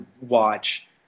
watch